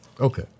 Okay